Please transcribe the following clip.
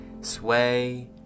sway